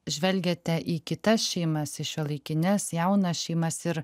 žvelgiate į kitas šeimas į šiuolaikines jaunas šeimas ir